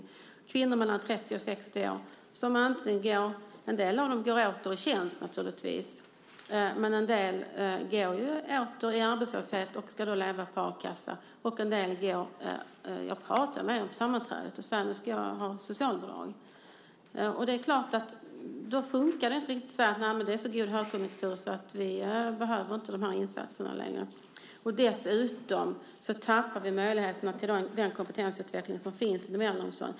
I fråga om kvinnor mellan 30 och 60 år går en del av dem naturligtvis åter i tjänst, men en del går tillbaka i arbetslöshet och ska leva på a-kassa. Jag har talat med dem på sammanträdet, och en del säger att de måste få socialbidrag. Då funkar det inte att säga: Nej, men det är så god högkonjunktur att vi inte behöver de här insatserna längre. Dessutom tappar vi möjligheterna till den kompetensutveckling som finns inom äldreomsorgen.